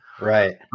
right